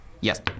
Yes